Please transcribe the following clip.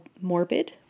Morbid